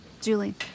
Julie